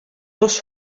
dos